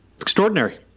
Extraordinary